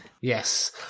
yes